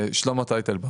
שלמה טייטלבאום.